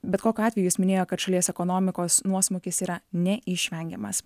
bet kokiu atveju jis minėjo kad šalies ekonomikos nuosmukis yra neišvengiamas